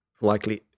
likely